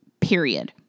Period